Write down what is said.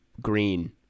green